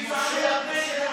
ממשה עד משה לא קם כמשה.